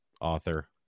author